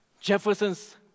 Jefferson's